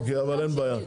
אין בעיה.